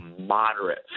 moderate